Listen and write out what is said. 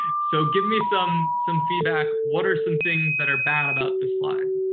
so give me some some feedback, what are some things that are bad about this slide.